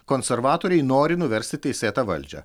konservatoriai nori nuversti teisėtą valdžią